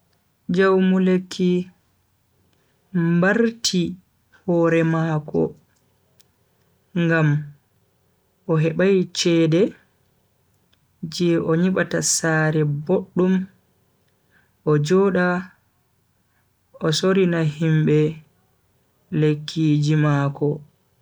Jaumu lekki mbarti hore mako ngam o hebai cede je o nyibata sare boddum o joda o sorina himbe lekkiji mako.